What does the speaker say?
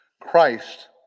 Christ